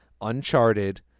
*Uncharted